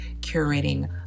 curating